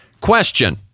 Question